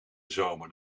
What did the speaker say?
zomer